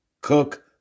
cook